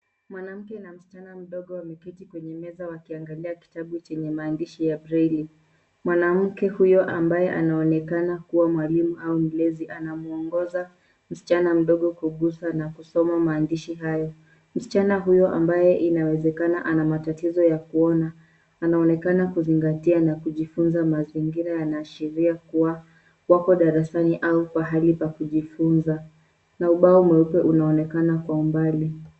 Mwanamke na msichana mdogo wameketi kwenye meza wakiangalia kitabu chenye maandishi ya breli. Mwanamke huyo ambaye anaonekana kuwa mwalimu au mlezi anamwongoza msichana mdogo kugusa na kusoma maandishi hayo. Msichana huyo ambaye inawezekana ana matatizo ya kuona ,anaonekana kuzingatia na kujifunza. Mazingira yanaashiria kuwa wako darasani au pahali pa kujifunza na ubao mweupe unaonekana kwa umbali.